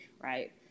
right